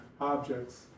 objects